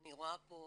ואני רואה פה